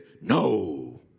no